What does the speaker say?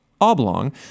Oblong